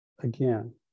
again